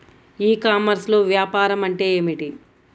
ఈ కామర్స్లో వ్యాపారం అంటే ఏమిటి?